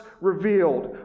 revealed